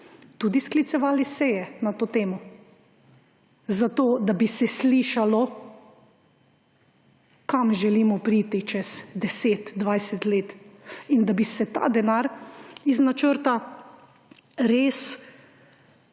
tudi sklicevali seje na to temo, zato da bi se slišalo, kam želimo priti čez 10, 20 let in da bi se ta denar iz načrta res